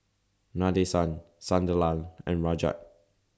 Nadesan Sunderlal and Rajat